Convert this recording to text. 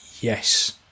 yes